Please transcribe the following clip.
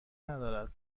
ندارد